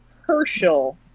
Herschel